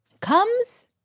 comes